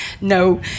no